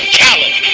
challenge.